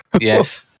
Yes